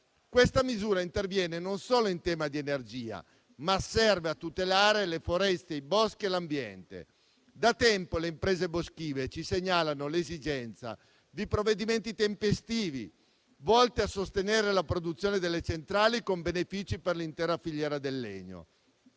Questa misura non solo interviene in tema di energia, ma serve anche a tutelare le foreste, i boschi e l'ambiente. Da tempo le imprese boschive ci segnalano l'esigenza di provvedimenti tempestivi volti a sostenere la produzione delle centrali con benefici per l'intera filiera del legno.